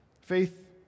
Faith